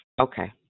okay